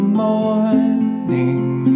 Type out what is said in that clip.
morning